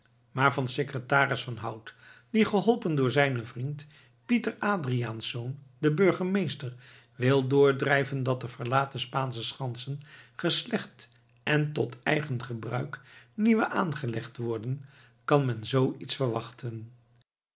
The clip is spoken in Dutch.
maar van secretaris van hout die geholpen door zijnen vriend pieter adriaensz den burgemeester wil doordrijven dat de verlaten spaansche schansen geslecht en tot eigen gebruik nieuwe aangelegd worden kan men zoo iets verwachten